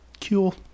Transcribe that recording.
Cool